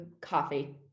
Coffee